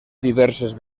diverses